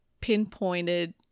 pinpointed